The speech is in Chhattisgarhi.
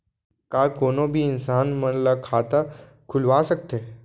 का कोनो भी इंसान मन ला खाता खुलवा सकथे?